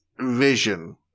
vision